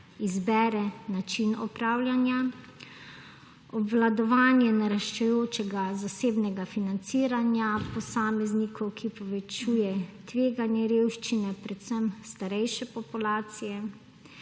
izbere način opravljanja. Obvladovanje naraščajočega zasebnega financiranja posameznikov, ki povečuje tveganje revščine predvsem starejše populacije.